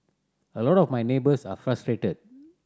a lot of my neighbours are frustrated